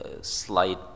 slight